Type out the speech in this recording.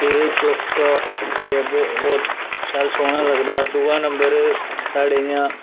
एह् चौका फेरदे शैल सोह्ना लगदा दूआ नमबर साढ़ै जि'यां